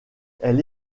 elle